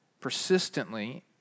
persistently